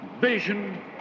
vision